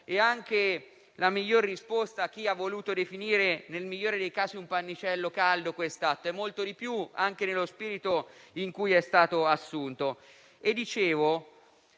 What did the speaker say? e anche la migliore risposta a chi ha voluto definire quest'atto, nel migliore dei casi, un pannicello caldo. Esso è molto di più, anche per lo spirito con cui è stato assunto.